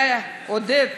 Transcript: ועודד,